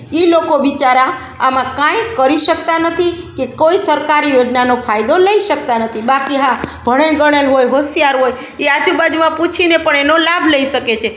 એ લોકો બિચારા આમાં કાંઈ કરી શકતા નથી કે કોઈ સરકારી યોજનાનો ફાયદો લઈ શકતા નથી બાકી હા ભણેલગણેલ હોય હોશિયાર હોય એ આજુબાજુમાં પૂછીને પણ એનો લાભ લઈ શકે છે